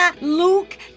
Luke